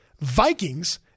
Vikings